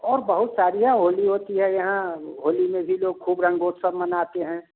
और बहुत सरियाँ होली होती है यहाँ होली में भी लोग ख़ूब रंग व उत्सव मनाते हैं